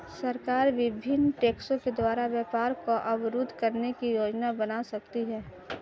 सरकार विभिन्न टैक्सों के द्वारा व्यापार को अवरुद्ध करने की योजना बना सकती है